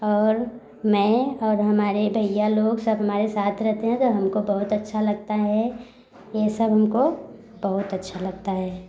और मैं और हमारे भैया लोग सब हमारे साथ रहते हैं तो हमको बहुत अच्छा लगता है ये सब हमको बहुत अच्छा लगता है